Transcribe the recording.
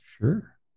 Sure